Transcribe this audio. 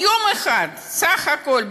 או יום אחד בסך הכול,